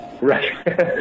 Right